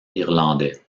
irlandais